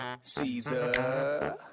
Caesar